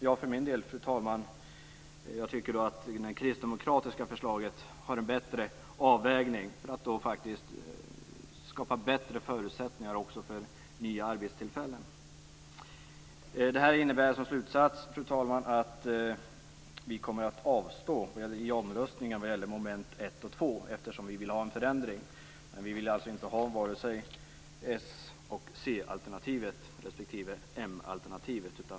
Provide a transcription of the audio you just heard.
Jag för min del, fru talman, tycker att det kristdemokratiska förslaget har en bättre avvägning för att faktiskt skapa bättre förutsättningar för nya arbetstillfällen. Det här innebär som slutsats, fru talman, att vi kommer att avstå i omröstningen vad gäller mom. 1 och 2. Vi vill alltså ha en förändring. Men vi vill inte ha vare sig s och c-alternativet eller m-alternativet.